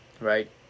right